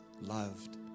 Loved